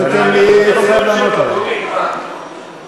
לא, אני רוצה, כן, כן, בסדר.